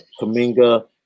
Kaminga